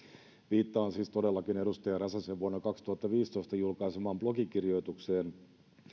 viittaan siis todellakin edustaja räsäsen vuonna kaksituhattaviisitoista julkaisemaan blogikirjoitukseen